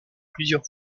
plusieurs